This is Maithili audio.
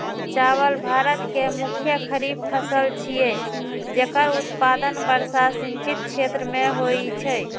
चावल भारत के मुख्य खरीफ फसल छियै, जेकर उत्पादन वर्षा सिंचित क्षेत्र मे होइ छै